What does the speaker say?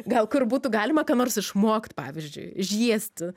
gal kur būtų galima ką nors išmokt pavyzdžiui žiesti